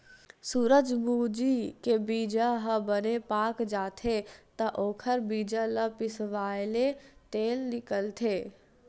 सूरजमूजी के बीजा ह बने पाक जाथे त ओखर बीजा ल पिसवाएले तेल निकलथे